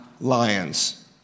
lions